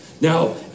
Now